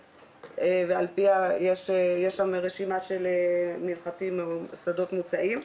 ועל-פיה יש שם רשימה של מנחתים או שדות מוצעים.